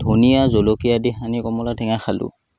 ধনিয়া জলকীয়া দি সানি কমলা টেঙা খালোঁ